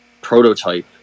prototype